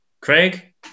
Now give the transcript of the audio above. Craig